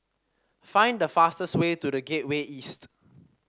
find the fastest way to The Gateway East